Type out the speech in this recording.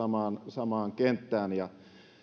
samaan kenttään ja